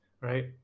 right